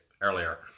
earlier